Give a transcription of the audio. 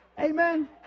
Amen